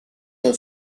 non